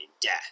death